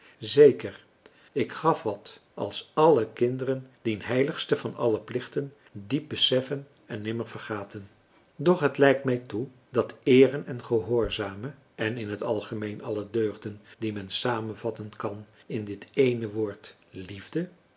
zeker ik gaf wat als alle kinderen françois haverschmidt familie en kennissen dien heiligste van alle plichten diep beseften en nimmer vergaten doch het lijkt mij toe dat eeren en gehoorzamen en in t algemeen alle deugden die men samenvatten kan in dit ééne woord liefde